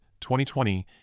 2020